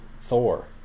Thor